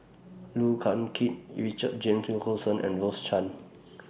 Look Yan Kit Richard James Wilkinson and Rose Chan